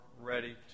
ready